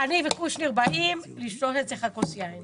אני וקושניר באים לשתות אצלך כוס יין.